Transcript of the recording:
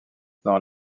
dans